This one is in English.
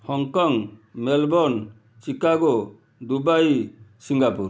Hong Kong Melbourne Chicago Dubai Singapore